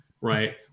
right